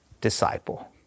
disciple